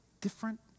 different